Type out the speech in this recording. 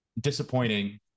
disappointing